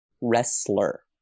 wrestler